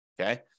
Okay